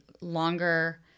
longer